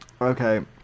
Okay